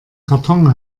karton